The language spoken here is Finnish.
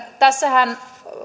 tässähän